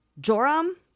Joram